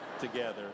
together